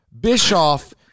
Bischoff